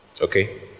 Okay